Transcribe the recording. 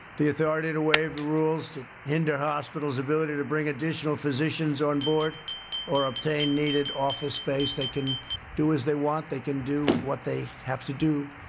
the authority to waive rules to hinder hospitals, ability to bring additional physicians on board or obtain needed office space they can do as they want. they can do what they have to do.